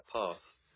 path